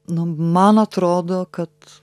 nu man atrodo kad